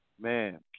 man